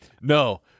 No